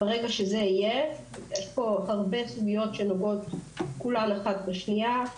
יש פה הרבה סוגיות שנוגעות האחת בשנייה.